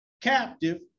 captive